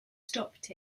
stopped